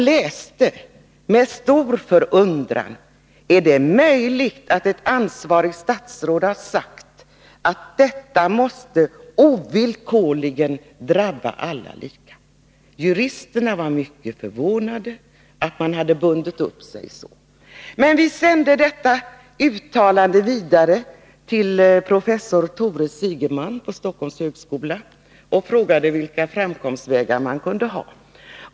De läste med stor förundran: Är det möjligt att ett ansvarigt statsråd har sagt att detta ovillkorligen måste drabba alla lika? Juristerna var mycket förvånade över att statsrådet bundit upp sig så. Vi sände detta uttalande vidare till professor Tore Sigeman vid Stockholms universitet och frågade vilka framkomstvägar som fanns.